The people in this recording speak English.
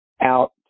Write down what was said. out